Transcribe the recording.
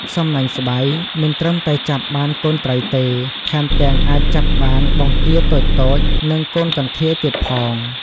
សំណាញ់ស្បៃ មិនត្រឹមតែចាប់បានកូនត្រីទេ ថែមទាំងអាចចាប់បានបង្គាតូចៗ និងកូនកន្ធាយទៀតផង។